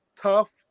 tough